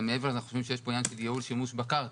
מעבר אנחנו חושבים שיש פה עניין של ייעוד שימוש בקרקע,